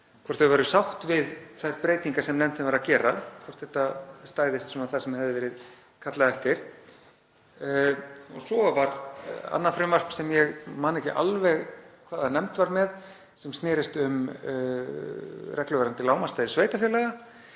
rýna það væru sáttir við þær breytingar sem nefndin var að gera, hvort þær stæðust það sem hafði verið kallað eftir. Svo var annað frumvarp, sem ég man ekki alveg hvaða nefnd var með, sem snerist um reglur varðandi lágmarksstærð sveitarfélaga.